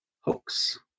hoax